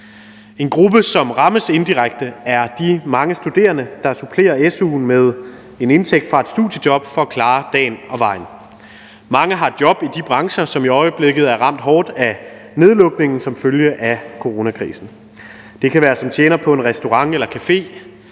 En gruppe, som rammes indirekte, er de mange studerende, der supplerer su'en med en indtægt fra et studiejob for at klare dagen og vejen. Mange har job i de brancher, som i øjeblikket er ramt hårdt af nedlukningen som følge af coronakrisen. Det kan være som tjener på en restaurant eller café